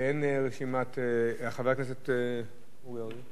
באין רשימת, חבר הכנסת אורי אריאל?